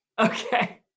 Okay